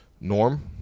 Norm